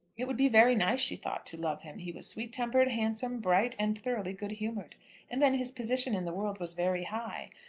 it would be very nice, she thought, to love him. he was sweet-tempered, handsome, bright, and thoroughly good-humoured and then his position in the world was very high.